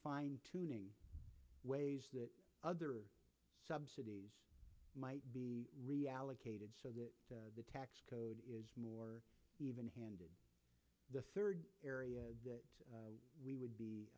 fine tuning ways that other subsidies might be reallocated so that the tax code is more even handed the third area that we would be